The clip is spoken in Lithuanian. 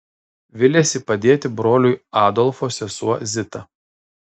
viliasi padėti broliui adolfo sesuo zita